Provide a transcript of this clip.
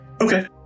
Okay